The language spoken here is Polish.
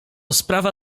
sprawa